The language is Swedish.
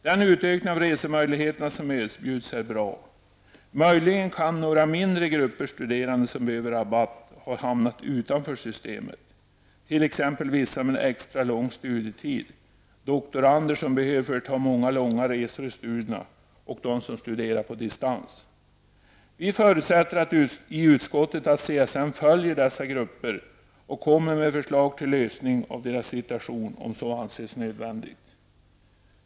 Den utökning av resemöjligheterna som erbjuds är bra. Möjligen kan några mindre grupper studerande som behöver rabatt ha hamnat utanför systemet. Det gäller t.ex. vissa med extra lång studietid, doktorander som behöver företa många långa resor i studierna och de som studerar på distans. Vi förutsätter i utskottet att CSN följer dessa gruppers situation och kommer med förslag till lösning av deras problem om så anses nödvändigt.